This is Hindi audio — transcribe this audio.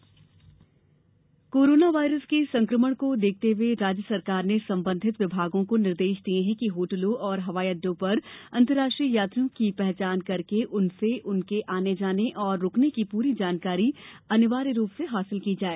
कोरोना वायरस कोरोना वायरस के संकमण को देखते हुए राज्य सरकार ने संबंधित विभागों को निर्देश दिए हैं कि होटलों और हवाईअड्डों पर अंतर्राष्ट्रीय यात्रियों की पहचान करके उनसे उनके आने जाने और रुकने की पूरी जानकारी अनिवार्य रूप से हासिल की जाए